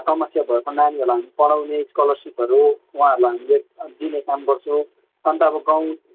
समस्या भएको नानीहरूलाई हामी पढाउने स्कोलरसिपहरू उहाँहरूलाई हामीले दिने काम गर्छु अन्त अब गाउँ